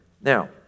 Now